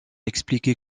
expliquer